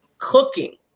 cooking